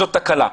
זאת תקלה.